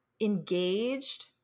engaged